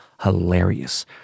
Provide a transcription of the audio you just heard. hilarious